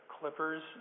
clippers